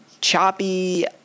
choppy